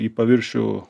į paviršių